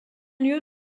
lieu